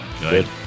Good